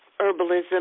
Herbalism